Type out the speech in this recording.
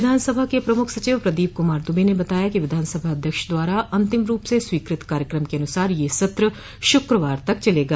विधानसभा के प्रमुख सचिव प्रदीप कुमार दुबे ने बताया कि विधानसभा अध्यक्ष द्वारा अंतिम रूप स स्वीकृत कार्यक्रम के अनुसार यह सत्र शुक्रवार तक चलेगा